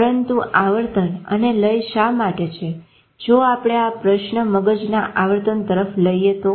પરંતુ આવર્તન અને લય શા માટે છે જો આપણે આ પ્રશ્ન મગજના આવર્તન તરફ લઈએ તો